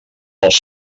els